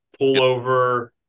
pullover